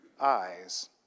eyes